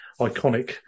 iconic